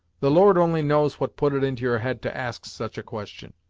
the lord only knows what put it into your head to ask such a question.